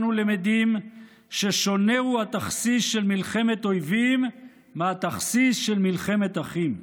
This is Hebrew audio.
"אנו למדים ששונה הוא התכסיס של מלחמת אויבים מהתכסיס של מלחמת אחים.